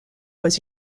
was